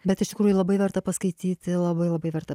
bet iš tikrųjų labai verta paskaityti labai labai verta